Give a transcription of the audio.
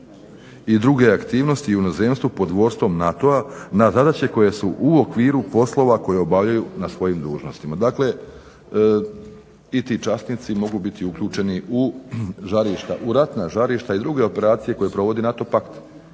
i druge aktivnosti u inozemstvu pod vodstvom NATO-a na zadaće koje su u okviru poslova koje obavljaju na svojim dužnostima. Dakle, i ti časnici mogu biti uključeni u žarišta, u ratna žarišta i druge operacije koje provodi NATO pakt